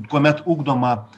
kuomet ugdoma